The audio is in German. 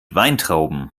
weintrauben